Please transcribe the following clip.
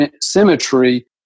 symmetry